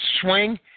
swing